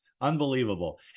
unbelievable